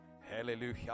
Hallelujah